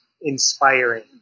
inspiring